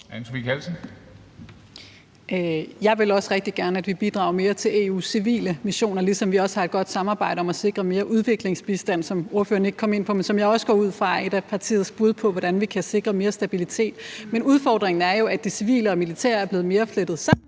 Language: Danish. Jeg vil også rigtig gerne, at vi bidrager mere til EU's civile missioner, ligesom vi også har et godt samarbejde om at sikre mere udviklingsbistand, som ordføreren ikke kom ind på, men som jeg også går ud fra er et af partiets bud på, hvordan vi kan sikre mere stabilitet. Men udfordringen er jo, at det civile og militære er blevet flettet mere